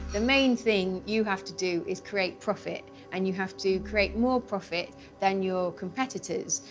the main thing you have to do is create profit and you have to create more profit than your competitors.